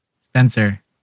Spencer